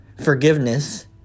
forgiveness